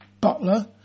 butler